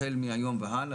החל מהיום והלאה.